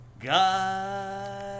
God